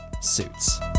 suits